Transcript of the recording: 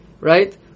right